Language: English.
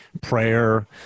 prayer